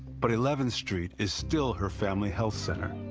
but eleventh street is still her family health center.